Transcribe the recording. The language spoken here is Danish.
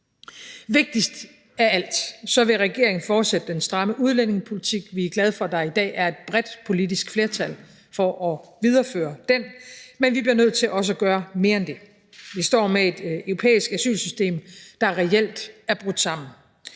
Vigtigst af alt vil regeringen fortsætte den stramme udlændingepolitik. Vi er glade for, at der i dag er et bredt politisk flertal for at videreføre den, men vi bliver nødt til også at gøre mere end det. Vi står med et europæisk asylsystem, der reelt er brudt sammen.